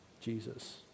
Jesus